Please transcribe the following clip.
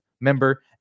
member